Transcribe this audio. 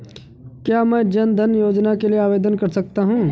क्या मैं जन धन योजना के लिए आवेदन कर सकता हूँ?